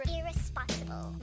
Irresponsible